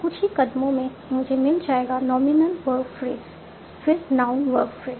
कुछ ही कदमों में मुझे मिल जाएगा नॉमिनल वर्ब फ्रेज फिर नाउन वर्ब फ्रेज